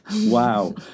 Wow